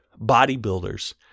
bodybuilders